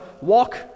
walk